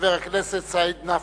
חבר הכנסת סעיד נפאע.